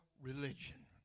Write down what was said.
religion